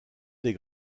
des